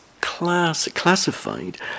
classified